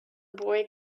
boy